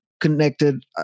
connected